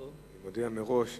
אני מודיע מראש.